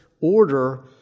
order